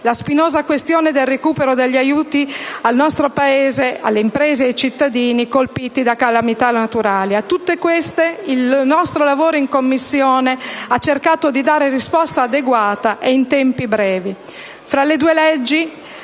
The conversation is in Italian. la spinosa questione del recupero degli aiuti dati dal nostro Paese alle imprese e ai cittadini colpiti da calamità naturali; a tutte queste, con il nostro lavoro in Commissione, abbiamo tentato di dare risposte adeguate e in tempi brevi.